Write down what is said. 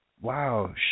wow